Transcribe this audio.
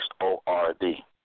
O-R-D